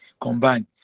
combined